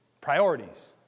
priorities